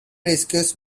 rescues